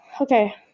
Okay